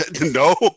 No